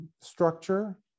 structure